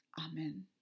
Amen